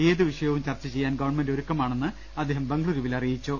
ഏത് വിഷയവും ചർച്ച ചെയ്യാൻ ഗവൺമെന്റ് ഒരുക്കമാണെന്ന് അദ്ദേഹം ബംഗളു രുവിൽ അറിയിച്ചു